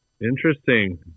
Interesting